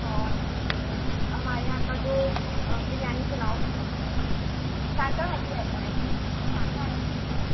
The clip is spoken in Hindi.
और हमारे यहाँ का जो बिरयानी पुलाव होता है शाकाहारी रहता है वह शाकाहारी रहता है